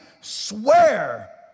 swear